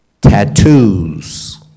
Tattoos